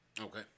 Okay